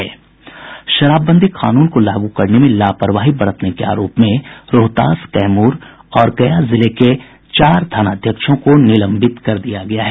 शराबबंदी कानून को लागू करने में लापरवाही बरतने के आरोप में रोहतास कैमूर और गया जिले के चार थानाध्यक्षों को निलंबित कर दिया गया है